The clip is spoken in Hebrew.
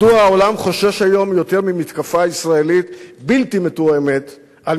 מדוע העולם חושש היום יותר ממתקפה ישראלית בלתי מתואמת על